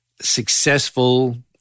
successful